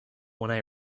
when